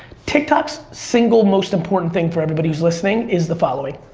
tiktok's single most important thing, for everybody who's listening, is the following.